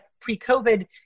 pre-COVID